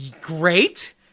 great